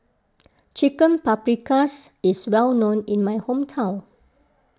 Chicken Paprikas is well known in my hometown